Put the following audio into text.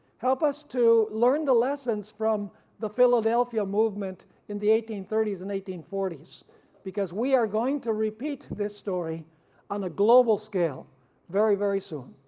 help us to learn the lessons from the philadelphia movement in the eighteen thirty s and eighteen forty s because we are going to repeat this story on a global scale very very soon.